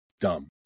dumb